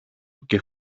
και